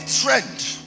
trend